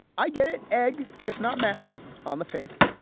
i get it. eg if not mask on the face.